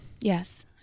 Yes